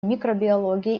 микробиологии